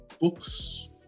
books